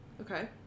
Okay